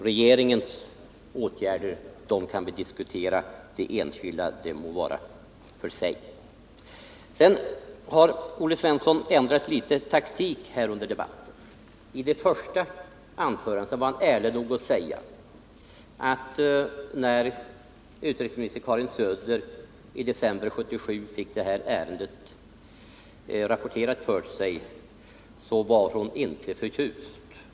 Regeringens åtgärder kan vi diskutera — de enskildas åtgärder må vara för sig. Olle Svensson har ändrat taktik under debatten. I sitt första anförande var han ärlig nog att säga att när utrikesminister Karin Söder i december 1977 fick detta ärende rapporterat för sig var hon inte förtjust.